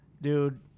Dude